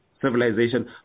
civilization